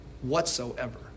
whatsoever